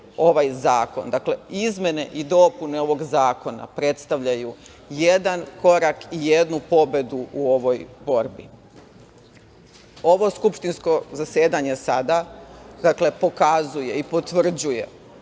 ovaj zakon. Dakle, izmene i dopune ovog zakona predstavljaju jedan korak i jednu pobedu u ovoj borbi. Ovo skupštinsko zasedanje sada pokazuje i potvrđuje